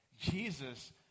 Jesus